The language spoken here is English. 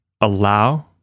allow